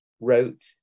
wrote